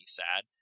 sad